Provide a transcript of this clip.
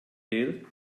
değil